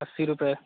अस्सी रुपये